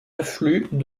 affluent